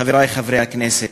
חברי חברי הכנסת,